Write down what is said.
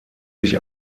sich